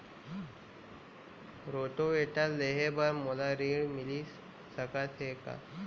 Rotavator लेहे बर मोला ऋण मिलिस सकत हे का?